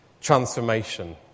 transformation